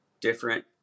different